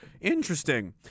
Interesting